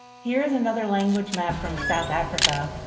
here is another language map from south africa,